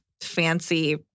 fancy